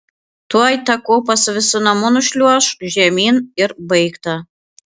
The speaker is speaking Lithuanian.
tuoj tą kopą su visu namu nušliuoš žemyn ir baigta